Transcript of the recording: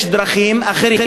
יש דרכים אחרות,